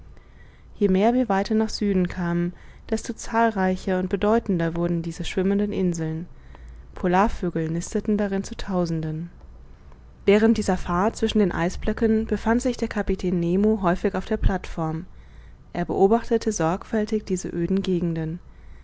je mehr wir weiter nach süden kamen desto zahlreicher und bedeutender wurden diese schwimmenden inseln polarvögel nisteten daran zu tausenden während dieser fahrt zwischen den eisblöcken befand sich der kapitän nemo häufig auf der plateform er beobachtete sorgfältig diese öden gegenden